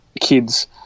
kids